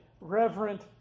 reverent